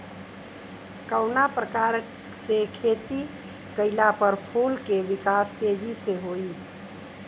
कवना प्रकार से खेती कइला पर फूल के विकास तेजी से होयी?